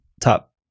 top